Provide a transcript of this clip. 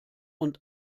und